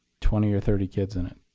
twenty or thirty kids in it.